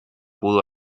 pudo